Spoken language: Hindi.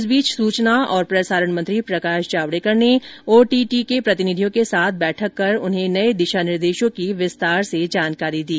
इस बीच सूचना और प्रसारण मंत्री प्रकाश जावडेकर ने ओटीटी के प्रतिनिधियों के साथ बैठक कर उन्हें नए दिशा निर्देशों की विस्तार से जानकारी दी